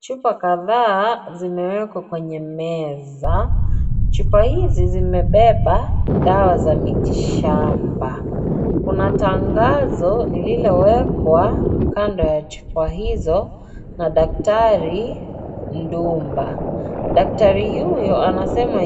Chupa kadhaa zimewekwa kwenye meza, chupa hizi zimebeba dawa za miti shamba kuna tangazo lililowekwa kando ya chupa hizo na daktari Ndumba daktari huyo anasema